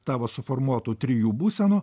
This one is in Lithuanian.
tavo suformuotų trijų būsenų